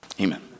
Amen